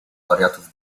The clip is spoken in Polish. wariatów